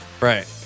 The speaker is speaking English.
Right